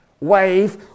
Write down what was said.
wave